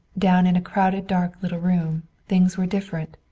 down in a crowded dark little room, things were different.